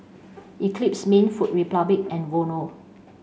Eclipse Mints Food Republic and Vono